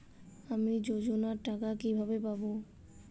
আমি যোজনার টাকা কিভাবে পাবো?